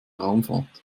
raumfahrt